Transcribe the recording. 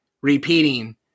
repeating